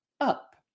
up